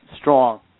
strong